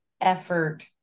effort